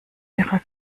ihrer